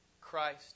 Christ